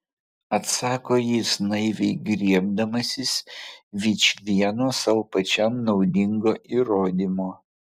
atsako jis naiviai griebdamasis vičvieno sau pačiam naudingo įrodymo